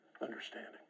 understanding